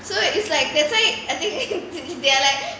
so it's like that's why I think they are like